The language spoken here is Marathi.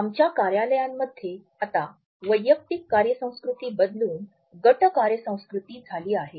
आमच्या कार्यालयांमध्ये आता वैयक्तिक कार्य संस्कृती बदलून गट कार्यसंस्कृती झाली आहे